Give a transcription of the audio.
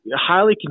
highly